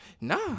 nah